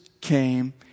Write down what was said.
came